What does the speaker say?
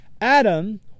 Adam